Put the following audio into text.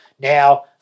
now